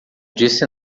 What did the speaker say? disse